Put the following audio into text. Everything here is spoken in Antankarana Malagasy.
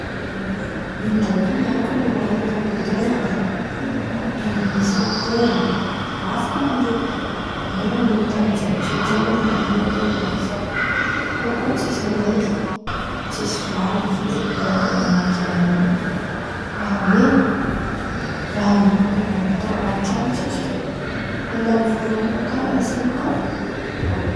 Io ndraiky miankin̈a amy raha an-tan̈an-ten̈a fo, kô misy amin-ten̈a afaka mandeha, eran̈y tan̈y jiàby zen̈y tian̈ao andehan̈ana fo iasa, fa koa tsisy ndraiky tsisy varan̈y feky ipoerapoeran̈a andehan̈ana e, aminio raha alokiten̈a antani- an-tran̈o tsisy ke andan̈y vôla amy raha karàha zen̈y ka.